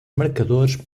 marcadores